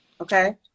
okay